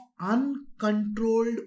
uncontrolled